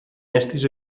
estris